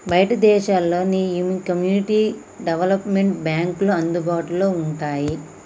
బయటి దేశాల్లో నీ ఈ కమ్యూనిటీ డెవలప్మెంట్ బాంక్లు అందుబాటులో వుంటాయి